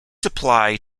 supply